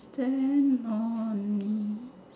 stand on me